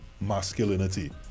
masculinity